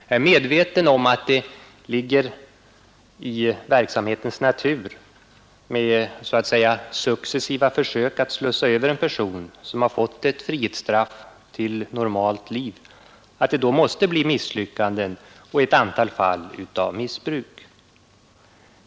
Jag är medveten om att det ligger i verksamhetens natur, när det gäller så att säga successiva försök att slussa över en person som har fått ett frihetsstraff till ett normalt liv, att det måste bli misslyckanden och ett antal fall av missbruk.